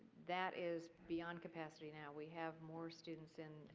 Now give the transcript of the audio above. that is beyond capacity now. we have more students in.